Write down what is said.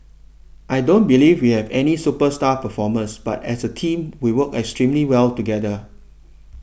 I don't believe we have any superstar performers but as a team we work extremely well together